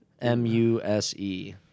M-U-S-E